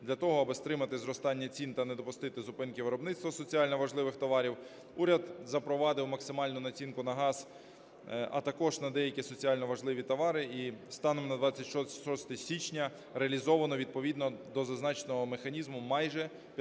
Для того, аби стримати зростання цін та не допустити зупинки виробництва соціально важливих товарів, уряд запровадив максимальну націнку на газ, а також на деякі соціально важливі товари, і станом на 26 січня реалізовано відповідно до зазначеного механізму майже 15